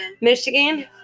Michigan